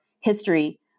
history